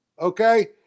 okay